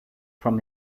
from